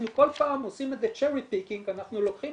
אנחנו כל פעם עושים --- אנחנו לוקחים